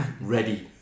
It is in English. ready